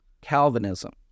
Calvinism